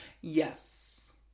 Yes